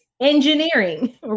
engineering